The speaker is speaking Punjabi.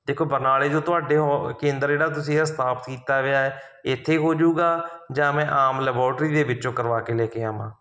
ਦੇਖੋ ਬਰਨਾਲੇ ਜੋ ਤੁਹਾਡੇ ਹੋ ਕੇਂਦਰ ਜਿਹੜਾ ਤੁਸੀਂ ਇਹ ਸਥਾਪਤ ਕੀਤਾ ਵਿਆ ਹੈ ਇੱਥੇ ਹੋਜੂਗਾ ਜਾਂ ਮੈਂ ਆਮ ਲਬੋਟਰੀ ਦੇ ਵਿੱਚੋਂ ਕਰਵਾ ਕੇ ਲੈ ਕੇ ਆਵਾਂ